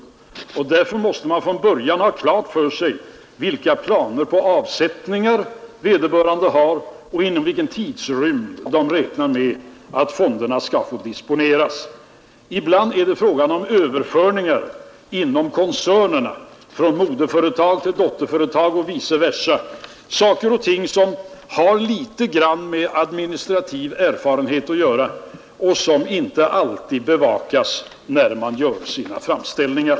Därför måste man från början har klart för sig vilka planer på avsättningar vederbörande har och inom vilken tidrymd man räknar med att fonderna skall få disponeras. Ibland gäller det överföringar inom koncerner, alltså från moderföretag till dotterföretag och vice versa. Det är ting som har litet med administrativ erfarenhet att göra och som inte alltid bevakas när man gör sina framställningar.